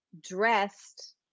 dressed